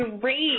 great